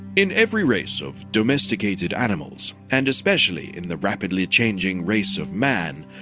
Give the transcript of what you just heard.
in every race of domesticated animals, and especially in the rapidly changing race of man,